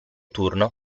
turno